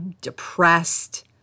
depressed